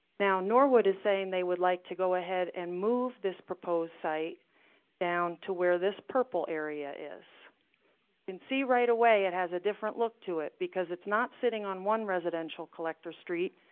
now norwood is saying they would like to go ahead and move this proposed site down to where this purple area is. you can see right away it has a different look to it because it's not sitting on one residential collector street.